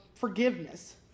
forgiveness